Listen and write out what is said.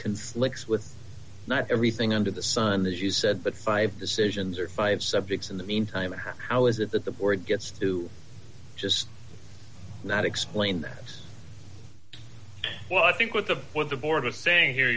conflicts with not everything under the sun as you said but five decisions or five subjects in the meantime or how is it that the board gets to just not explain that well i think with the with the board of saying here